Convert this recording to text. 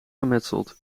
gemetseld